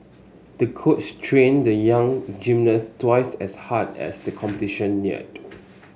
the coach trained the young gymnast twice as hard as the competition neared